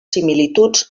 similituds